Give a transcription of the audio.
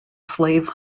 slave